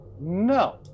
No